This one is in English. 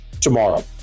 tomorrow